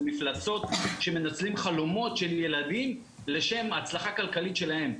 זה מפלצות שמנצלים חלומות של ילדים לשם הצלחה כלכלית שלהם.